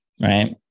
right